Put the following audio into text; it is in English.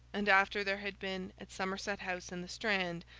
and after there had been, at somerset house in the strand,